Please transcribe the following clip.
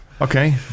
Okay